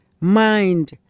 mind